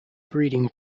breeding